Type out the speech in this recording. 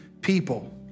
people